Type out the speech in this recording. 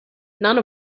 none